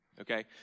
okay